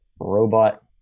robot